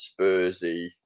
Spursy